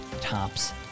tops